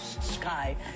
sky